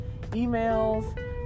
emails